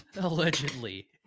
Allegedly